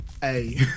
Hey